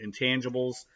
intangibles